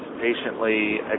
patiently